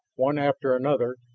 one after another,